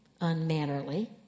unmannerly